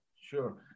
Sure